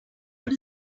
food